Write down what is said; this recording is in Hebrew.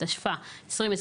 התשפ"א-2021"